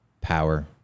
power